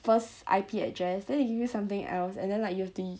first I_P address then they give you something else and then like you have to use